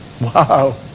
Wow